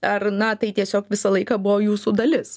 ar na tai tiesiog visą laiką buvo jūsų dalis